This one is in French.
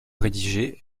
rédigé